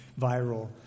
viral